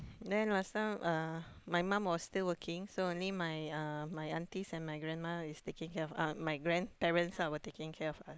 then last time uh my mum was still working so only my uh my aunties and my grandma is taking care of uh my grandparents ah were taking care of us